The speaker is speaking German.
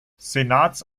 senats